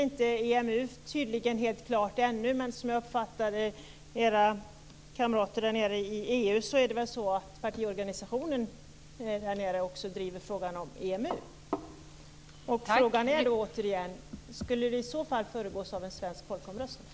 Det är tydligen inte helt klart än med EMU, men som jag uppfattar era kamrater i EU driver partiorganisationen där frågan om EMU. Skulle det i så fall föregås av en svensk folkomröstning?